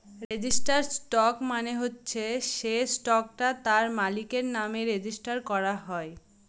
registered stock মানে হচ্ছে সে স্টকটা তার মালিকের নামে রেজিস্টার করা হয়